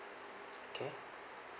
okay